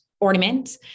ornament